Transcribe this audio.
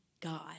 God